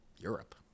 Europe